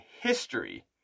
history